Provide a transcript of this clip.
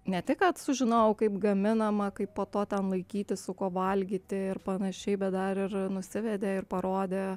ne tik kad sužinojau kaip gaminama kaip po to ten laikyti su kuo valgyti ir panašiai bet dar ir nusivedė ir parodė